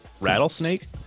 Rattlesnake